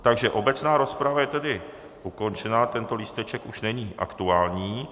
Takže obecná rozprava je tedy ukončena, tento lísteček už není aktuální.